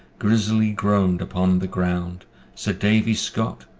grysely groaned upon the ground sir davy scot,